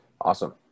Awesome